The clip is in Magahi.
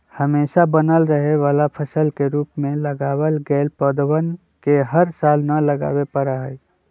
हमेशा बनल रहे वाला फसल के रूप में लगावल गैल पौधवन के हर साल न लगावे पड़ा हई